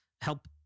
help